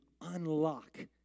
unlock